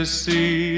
see